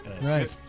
Right